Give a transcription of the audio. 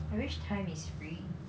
I wish time is free